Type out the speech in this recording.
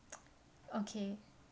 okay